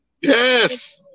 Yes